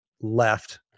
left